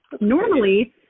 normally –